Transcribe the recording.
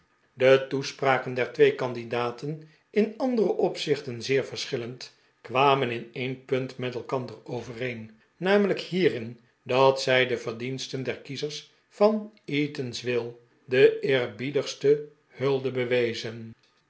de toespraken der twee candidaten in andere opzichten zeer verschillend kwamen in een punt met elkander overeen namelijk hierin dat zij den verdiensten der kiezers van eatanswill de eerbiedigste hulde bewezen